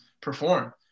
perform